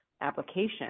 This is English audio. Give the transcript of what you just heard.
application